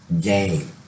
game